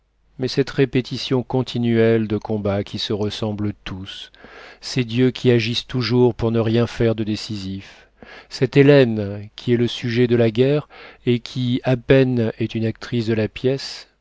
mais cette répétition continuelle de combats qui se ressemblent tous ces dieux qui agissent toujours pour ne rien faire de décisif cette hélène qui est le sujet de la guerre et qui à peine est une actrice de la pièce